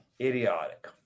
Idiotic